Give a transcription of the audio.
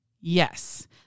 Yes